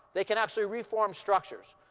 they can actually reform structures.